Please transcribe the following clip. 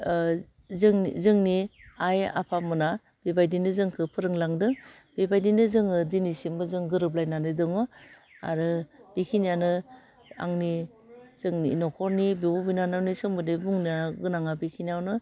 ओह जोंनि जोंनि आइ आफामोना बेबायदिनो जोंखो फोरोंलांदों बेबायदिनो जोङो दिनैसिमबो जों गोरोबलायनानै दङ आरो बेखिनियानो आंनि जोंनि नख'रनि बिब' बिनानावनि सोमोन्दै बुंनो गोनांआ बेखिनियावनो